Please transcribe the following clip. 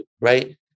right